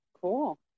cool